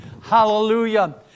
Hallelujah